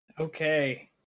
Okay